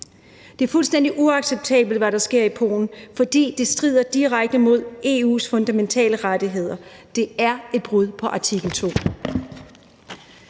Det er fuldstændig uacceptabelt, hvad der sker i Polen, fordi det strider direkte imod EU’s fundamentale rettigheder. Det er et brud på artikel 2.